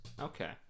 Okay